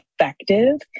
effective